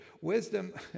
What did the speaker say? Wisdom